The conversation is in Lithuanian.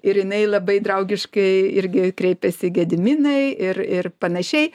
ir jinai labai draugiškai irgi kreipėsi gediminai ir ir panašiai